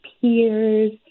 peers